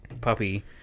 puppy